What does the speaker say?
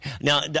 Now